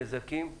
ובמינימום נזקים,